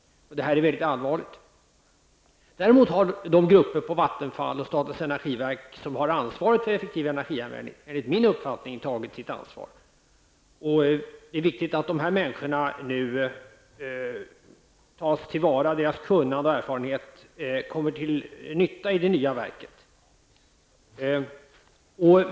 Detta är mycket allvarligt. Däremot har de grupper på Vattenfall och statens energiverk som har ansvaret för effektivare energianvändning enligt min uppfattning tagit sitt ansvar. Det är viktigt att dessa personers kunnande och erfarenhet nu tas till vara i det nya verket.